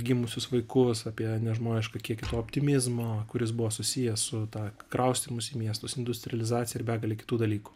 gimusius vaikus apie nežmonišką kiekį to optimizmo kuris buvo susijęs su ta kraustymusi į miestus industrializaciją ir begalę kitų dalykų